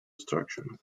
structures